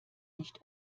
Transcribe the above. nicht